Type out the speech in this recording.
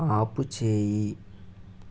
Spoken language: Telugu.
ఆపుచేయి